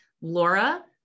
Laura